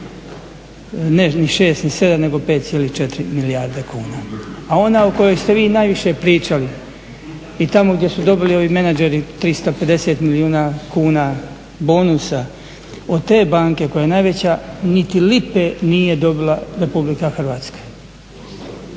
ne ni 6 ni 7 nego 5,4 milijarde kuna. A ona o kojoj ste vi najviše pričali i tamo gdje su dobili ovi menadžeri 350 milijuna kuna bonusa, od te banke koja je najveća niti lipe nije dobila Republika Hrvatska.